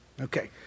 Okay